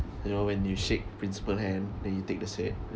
you know when you shake principal hand then you take the cert